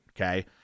Okay